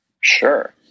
Sure